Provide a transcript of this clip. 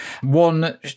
One